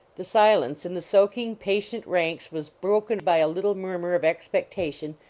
the silence in the soaking, patient ranks was broken by a little murmur of expectation,